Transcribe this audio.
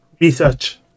research